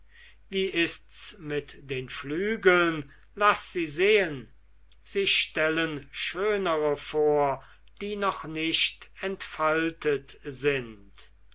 wie ist's mit den flügeln laß sie sehen sie stellen schönere vor die noch nicht entfaltet sind